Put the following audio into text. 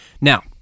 Now